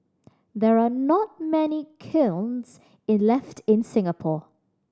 there are not many kilns in left in Singapore